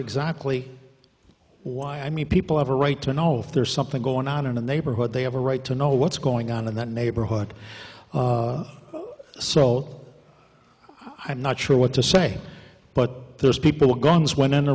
exactly why i mean people have a right to know if there's something going on in the neighborhood they have a right to know what's going on in that neighborhood so i'm not sure what to say but there's people with guns w